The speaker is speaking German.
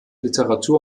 literatur